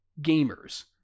gamers